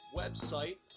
website